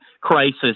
crisis